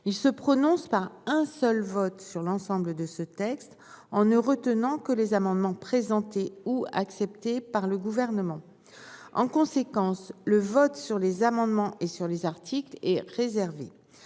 Il se prononce par un seul vote sur l'ensemble de ce texte en ne retenant que les amendements présentés ou accepté par le gouvernement. En conséquence, le vote sur les amendements et sur les articles est réservée.